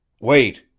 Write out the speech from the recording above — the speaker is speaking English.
Wait